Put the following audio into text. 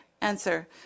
Answer